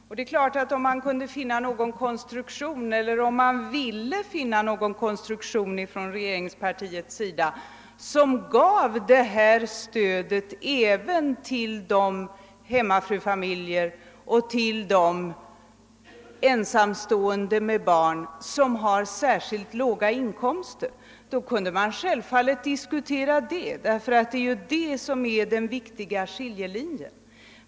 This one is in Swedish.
Om regeringspartiet kunde eller ville försöka finna någon konstruktion, varigenom stöd gåves även till hemmavarande make och till ensamstående med barn vilken har särskilt låga inkomster, kunde vi självfallet diskutera den, ty det är den viktiga skiljelinjen.